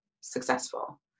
successful